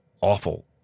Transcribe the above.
awful